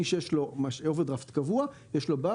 מי שיש לו אוברדראפט קבוע, יש לו בעיה.